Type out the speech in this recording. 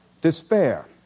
despair